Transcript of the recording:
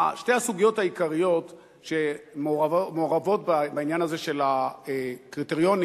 שתי הסוגיות העיקריות שמעורבות בעניין הזה של הקריטריונים